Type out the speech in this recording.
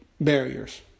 barriers